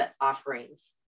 offerings